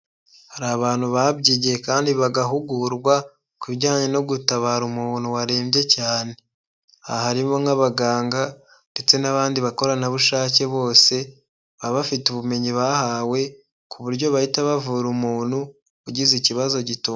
Hari abantu babyigiye kandi bagahugurwa kubijyanye no gutabara umuntu warembye cyane; aha harimo nk'abaganga ndetse n'abandi bakoranabushake bose, baba bafite ubumenyi bahawe ku buryo bahita bavura umuntu ugize ikibazo gitu...